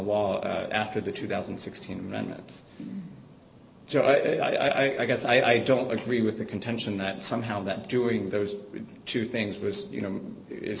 wall after the two thousand and sixteen minutes so i guess i don't agree with the contention that somehow that during those two things was you know it's